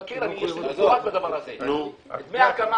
רעננה,